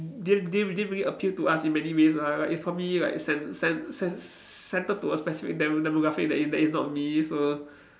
didn't didn't didn't really appeal to us in many ways ah like it's probably like cen~ cen~ cen~ centred to a specific demo~ demographic that is that is not me so